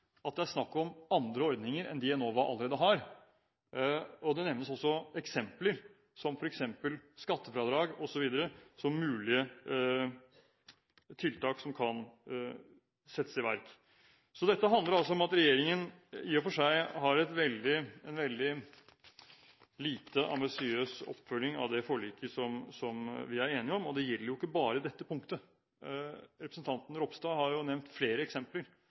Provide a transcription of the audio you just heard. at det er snakk om andre ordninger enn dem Enova allerede har. Det nevnes også eksempler, som f.eks. skattefradrag osv., på mulige tiltak som kan settes i verk. Dette handler altså om at regjeringen i og for seg har en lite ambisiøs oppfølging av det forliket vi er enige om, og det gjelder ikke bare dette punktet. Representanten Ropstad har nevnt flere eksempler